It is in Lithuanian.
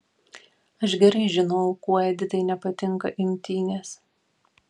aš gerai žinojau kuo editai nepatinka imtynės